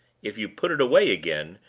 if you put it away again,